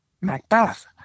macbeth